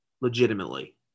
legitimately